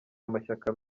amashyaka